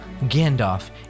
Gandalf